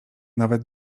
nawet